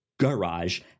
garage